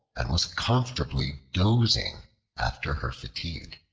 and was comfortably dozing after her fatigue.